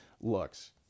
looks